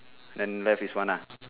then left is one lah